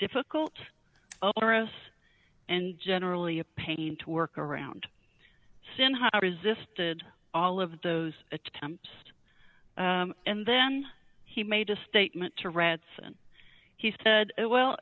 difficult for us and generally a pain to work around since i resisted all of those attempts and then he made a statement to rats and he said well